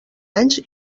anys